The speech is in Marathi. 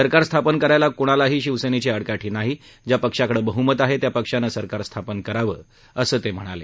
सरकार स्थापन करायला क्णालाही शिवसेनेची आडकाठी नाही ज्या पक्षाकडे बह्मत आहे त्या पक्षानं सरकार स्थापन करावं असं ते म्हणाले